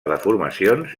deformacions